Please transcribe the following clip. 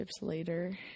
later